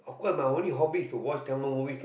of course my only hobby is to watch Tamil movies lah